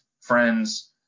friends